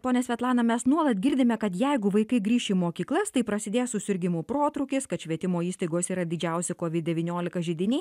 ponia svetlana mes nuolat girdime kad jeigu vaikai grįš į mokyklas tai prasidės susirgimų protrūkis kad švietimo įstaigos yra didžiausi kovid devyniolika židiniai